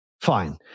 Fine